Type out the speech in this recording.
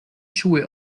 schuhe